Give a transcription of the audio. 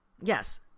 Yes